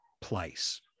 place